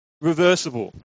reversible